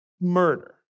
murder